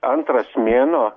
antras mėnuo